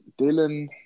Dylan